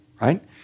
right